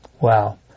Wow